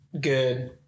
good